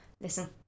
Listen